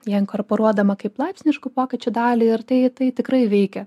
ją inkorporuodama kaip laipsniškų pokyčių dalį ir tai tai tikrai veikia